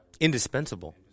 indispensable